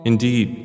Indeed